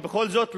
ובכל זאת,